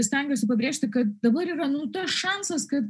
stengiuosi pabrėžti kad dabar yra nu tas šansas kad